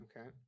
Okay